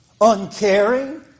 Uncaring